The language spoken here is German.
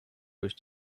durch